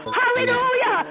hallelujah